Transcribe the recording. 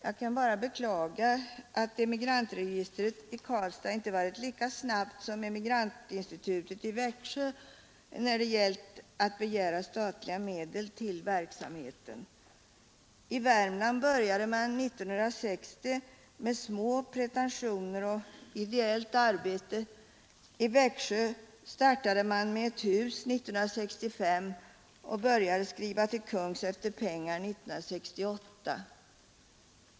Jag kan bara beklaga att Emigrantregistret i Karlstad inte varit lika snabbt som Emigrantinstitutet i Växjö när det gällt att begära statliga medel till verksamheten. I Värmland började man 1960 med små pretentioner och ideellt arbete. I Växjö startade man med ett hus 1965 och började skriva till Kungl. Maj:t efter pengar 1968.